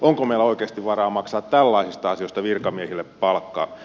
onko meillä oikeasti varaa maksaa tällaisista asioista virkamiehille palkkaa